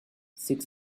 six